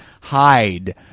hide